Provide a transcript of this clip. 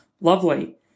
lovely